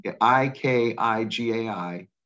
I-K-I-G-A-I